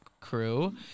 crew